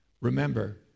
remember